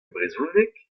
brezhoneg